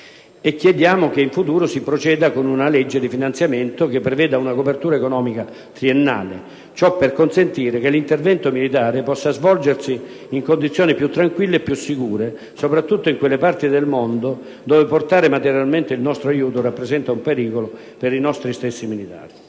Chiediamo che in futuro si proceda con una legge di finanziamento che preveda una copertura economica triennale; ciò per consentire che l'intervento militare possa svolgersi in condizioni più tranquille e più sicure, soprattutto in quelle parti del mondo dove portare materialmente il nostro aiuto rappresenta un pericolo per i nostri stessi militari.